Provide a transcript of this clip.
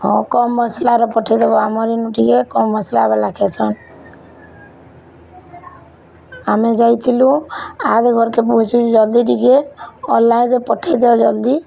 ହଁ କମ୍ ମସଲାର ଟିକେ ପଠେଇଦେବ ଆମର୍ ଇନୁ ଟିକେ କମ୍ ମସଲା ବାଲା ଖାଏସନ୍ ଆମେ ଯାଇଥିଲୁ ଆହାଦେ ଘରକେ ପୁହୁଞ୍ଚୁଛୁ ଜଲଦି ଟିକେ ଅନଲାଇନ୍ରେ ପଠେଇଦିଅ ଜଲ୍ଦି